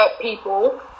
people